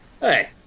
Hey